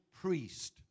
priest